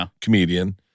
comedian